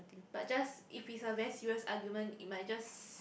but just if is a very serious argument it might just